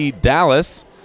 Dallas